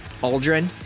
aldrin